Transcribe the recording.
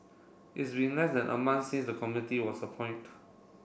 it's been less than a month since the committee was appoint